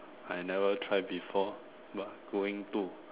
I never try before but going to